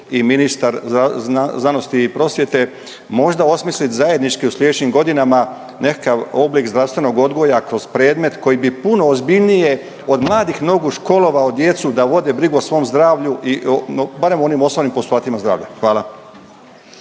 i ministar znanosti i prosvjete, možda osmisliti zajednički u slijedećim godinama nekakav oblik zdravstvenog odgoja kroz predmet koji bi puno ozbiljnije od mladih nogu školovao djecu da vode brigu o svom zdravlju i barem onim osnovnim postulatima zdravlja. Hvala.